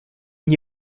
n’y